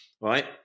right